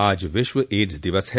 आज विश्व एड्स दिवस है